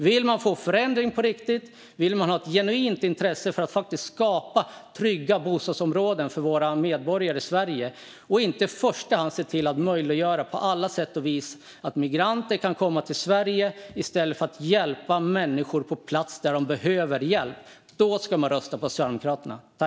Vill man få förändring på riktigt och har man ett genuint intresse av att skapa trygga bostadsområden för våra medborgare i Sverige snarare än av att i första hand på alla sätt och vis möjliggöra för migranter att komma till Sverige i stället för att få hjälp på plats där de behöver det, då ska man rösta på Sverigedemokraterna.